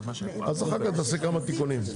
אחר כך נעשה כמה תיקונים.